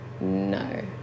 no